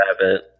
rabbit